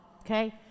Okay